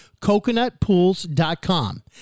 CoconutPools.com